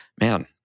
man